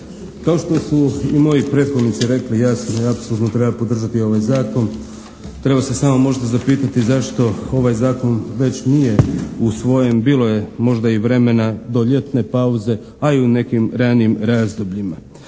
Kao što su i moji prethodnici rekli ja …/Govornik se ne razumije./… apsolutno treba podržati ovaj zakon, treba se samo možda zapitati zašto ovaj zakon već nije usvojen, bilo je možda i vremena do ljetne pauze, a i u nekim ranijim razdobljima.